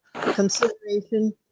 consideration